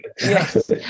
Yes